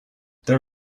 there